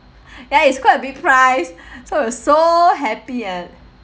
ya it's quite a big price so I was so happy and